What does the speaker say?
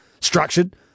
structured